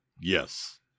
Yes